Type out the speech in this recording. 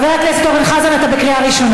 חבר הכנסת ביטן, באמת.